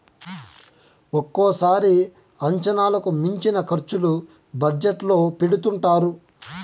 ఒక్కోసారి అంచనాలకు మించిన ఖర్చులు బడ్జెట్ లో పెడుతుంటారు